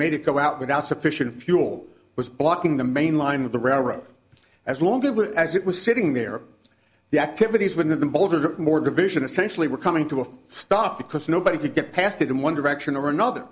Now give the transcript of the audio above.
made it go out without sufficient fuel was blocking the main line of the railroad as long as it was sitting there the activities when the bolder the more division essentially were coming to a stop because nobody could get past it in one direction or another